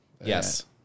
Yes